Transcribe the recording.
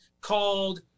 called